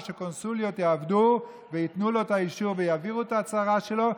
והקונסוליות יעבדו וייתנו לו את האישור ויעבירו את ההצהרה שלו,